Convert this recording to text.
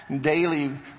Daily